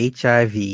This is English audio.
HIV